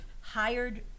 hired